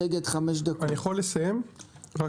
אני מבקש לסיים עוד כמה משפטים.